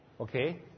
Okay